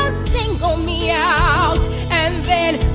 single me out and then